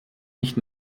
nicht